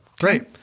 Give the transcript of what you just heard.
great